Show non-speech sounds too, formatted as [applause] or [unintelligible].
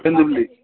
[unintelligible]